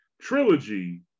trilogy